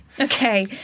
Okay